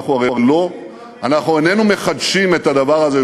אנחנו איננו מחדשים את הדבר הזה,